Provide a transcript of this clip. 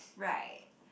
right